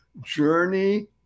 journey